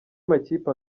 amakipe